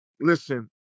listen